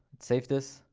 save this,